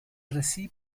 recibo